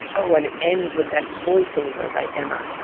oh, and it ends with that voiceover by emma.